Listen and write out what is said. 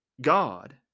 God